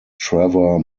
trevor